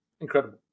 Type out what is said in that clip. Incredible